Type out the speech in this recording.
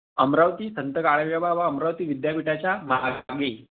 अमरावती संत गाडगे बाबा अमरावती विद्यापीठाच्या मागे